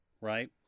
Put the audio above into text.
right